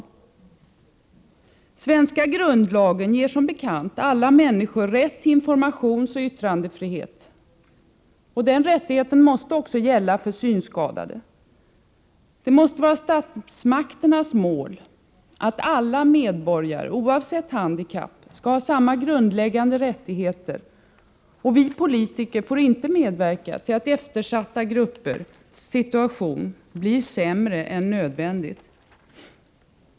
Den svenska grundlagen ger som bekant alla människor rätt till informationsoch yttrandefrihet. Den rättigheten måste också gälla för synskadade. Det måste vara statsmakternas mål att alla medborgare oavsett handikapp skall ha samma grundläggande rättigheter, och vi politiker får inte medverka till att eftersatta gruppers situation blir sämre än nödvändigt.